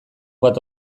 bat